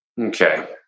Okay